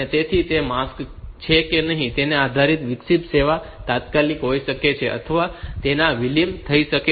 તેથી તે રીતે તે માસ્ક છે કે નહીં તેના આધારે વિક્ષેપિત સેવા તાત્કાલિક હોઈ શકે છે અથવા તેમાં વિલંબ થઈ શકે છે